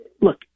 look